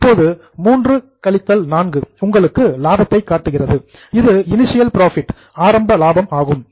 இப்போது 3 கழித்தல் 4 உங்களுக்கு லாபத்தை காட்டுகிறது இது இனிஷியல் புரோஃபிட் ஆரம்ப லாபம் எனப்படும்